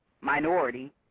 minority